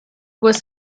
was